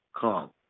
come